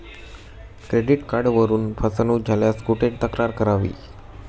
Credit कार्डवरून फसवणूक झाल्यास कुठे तक्रार करावी?